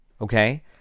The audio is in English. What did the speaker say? okay